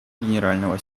генерального